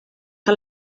que